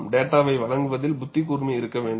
டேட்டாவை வழங்குவதில் புத்தி கூர்மை இருக்க வேண்டும்